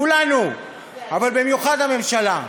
כולנו, אבל במיוחד הממשלה.